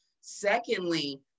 Secondly